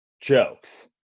jokes